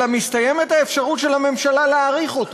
אלא מסתיימת האפשרות של הממשלה להאריך אותו.